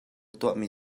tuahmi